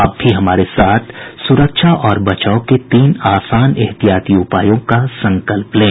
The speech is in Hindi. आप भी हमारे साथ सुरक्षा और बचाव के तीन आसान एहतियाती उपायों का संकल्प लें